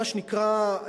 מה שנקרא,